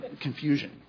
confusion